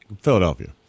Philadelphia